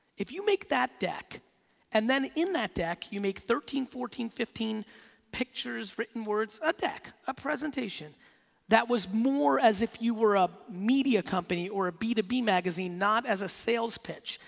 if you make that deck and in that deck, you make thirteen, fourteen, fifteen pictures, written words, a deck, a presentation that was more as if you were a media company or a b to b magazine, not as a sales pitch,